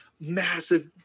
massive